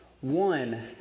one